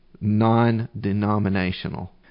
non-denominational